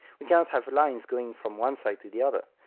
we cannot have lines going from one side to the other,